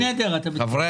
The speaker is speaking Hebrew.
משפט אחרון.